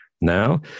now